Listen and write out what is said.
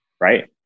right